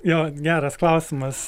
jo geras klausimas